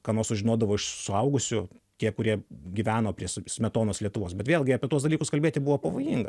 ką nors sužinodavo iš suaugusių tie kurie gyveno prie smetonos lietuvos bet vėlgi apie tuos dalykus kalbėti buvo pavojinga